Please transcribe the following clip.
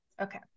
Okay